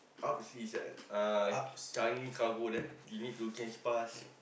Ups is at Changi cargo there you need to change pass